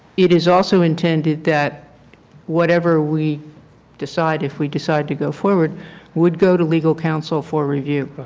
it is also intended that whatever we decide, if we decide to go forward would go to legal counsel for review.